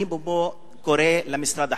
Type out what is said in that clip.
אני קורא מפה למשרד החינוך.